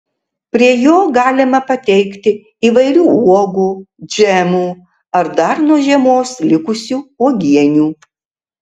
prie jo galima pateikti įvairių uogų džemų ar dar nuo žiemos likusių uogienių